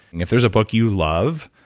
if there's a book you love,